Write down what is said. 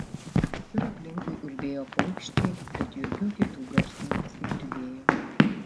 visur aplinkui ulbėjo paukščiai bet jokių kitų garsų nesigirdėjo